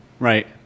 right